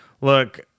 Look